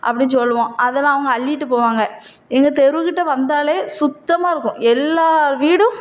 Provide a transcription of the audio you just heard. அப்படின்னு சொல்லுவோம் அதெல்லாம் அவங்க அள்ளிகிட்டு போவாங்க எங்கள் தெருகிட்ட வந்தாலே சுத்தமாக இருக்கும் எல்லார் வீடும்